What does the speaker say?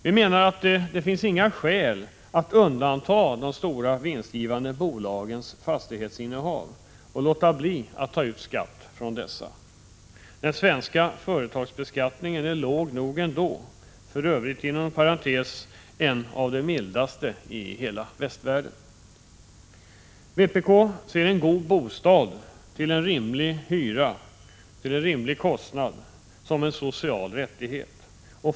Vi menar att det finns inga skäl att undanta de stora vinstgivande bolagens fastighetsinnehav och låta bli att ta ut skatt från dessa. Den svenska företagsbeskattningen är låg nog ändå, för övrigt en av de mildaste i hela västvärlden. Vpk ser en god bostad till en rimlig hyra, till en rimlig kostnad, som en social rättighet.